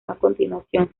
continuación